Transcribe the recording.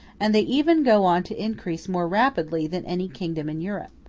and they even go on to increase more rapidly than any kingdom in europe.